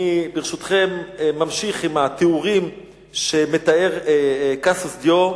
אני, ברשותכם, ממשיך בתיאורים שמתאר קסיוס דיו.